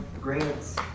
grants